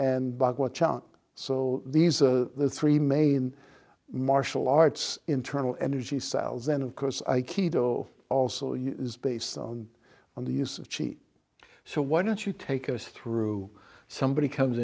out so these are the three main martial arts internal energy cells then of course i quito also is based on on the use of cheat so why don't you take us through somebody comes